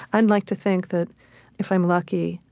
i'd like to think that if i'm lucky,